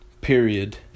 Period